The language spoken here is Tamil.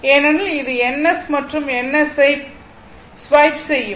ஏனெனில் இது N S மற்றும் N S ஐ ஸ்வைப் செய்யும்